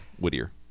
Whittier